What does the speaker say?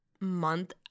month